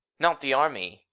not the army.